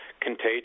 contagious